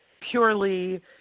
purely